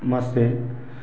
মাসে